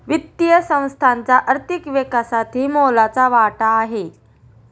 वित्तीय संस्थांचा आर्थिक विकासातही मोलाचा वाटा आहे